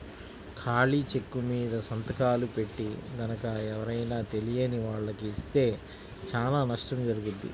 ఖాళీ చెక్కుమీద సంతకాలు పెట్టి గనక ఎవరైనా తెలియని వాళ్లకి ఇస్తే చానా నష్టం జరుగుద్ది